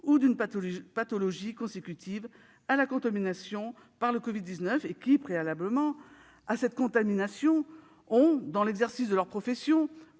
ou d'une pathologie consécutive à la contamination par la Covid-19 et qui, préalablement à cette contamination, ont, dans l'exercice de leur profession